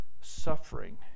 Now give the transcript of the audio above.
suffering